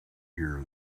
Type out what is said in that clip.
here